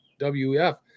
wef